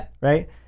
right